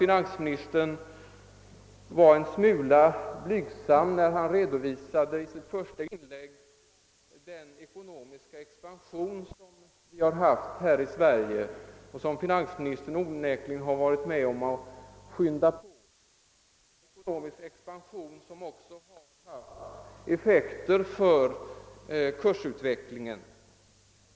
Finansministern var också en smula blygsam när han i sitt svar redovisade den ekonomiska expansion som vi haft här i Sverige och som finansministern onekligen varit med om att påskynda — en expansion som ju också kommit till uttryck genom kursutvecklingen.